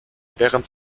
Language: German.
während